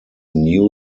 new